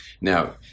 now